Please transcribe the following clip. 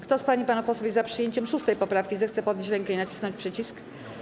Kto z pań i panów posłów jest za przyjęciem 6. poprawki, zechce podnieść rękę i nacisnąć przycisk.